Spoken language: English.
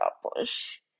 accomplish